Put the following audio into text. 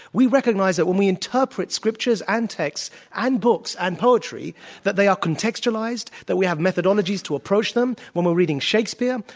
we recognize that when we interpret scriptures and texts and books and poetry that they are contextualized, that we have methodologies to approach them, when we're reading shakespeare,